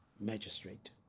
magistrate